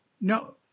No